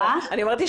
נכון.